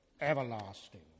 everlasting